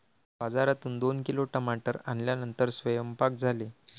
बाजारातून दोन किलो टमाटर आणल्यानंतर सेवन्पाक झाले